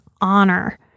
honor